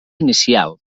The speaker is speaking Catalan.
inicial